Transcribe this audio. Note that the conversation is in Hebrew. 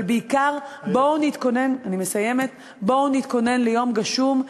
אבל בעיקר בואו נתכונן ליום גשום,